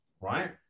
right